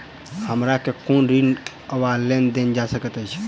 हमरा केँ कुन ऋण वा लोन देल जा सकैत अछि?